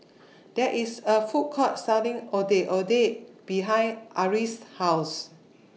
There IS A Food Court Selling Ondeh Ondeh behind Ari's House